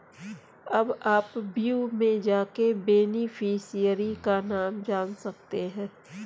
अब आप व्यू में जाके बेनिफिशियरी का नाम जान सकते है